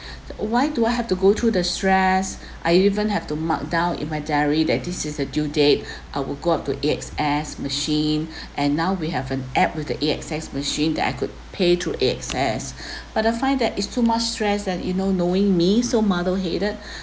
why do I have to go through the stress I even have to mark down in my diary that this is the due date I will go up to A_X_S machine and now we have an app with the A_X_S machine that I could pay to A_X_S but I find that is too much stress and you know knowing me so muddle headed